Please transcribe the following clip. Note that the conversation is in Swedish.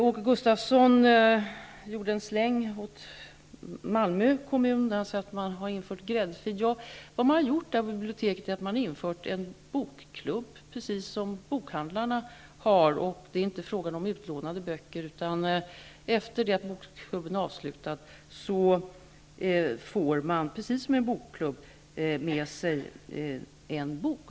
Åke Gustavsson gjorde en släng mot Malmö kommun. Han sade att man där har inrättat en gräddfil. Vad man har gjort är att man har bildat en bokklubb, precis som bokhandlarna gör. Det är inte fråga om utlånade böcker, utan efter det att bokcirkeln är avslutad får man, precis som i en bokklubb, behålla en bok.